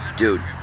Dude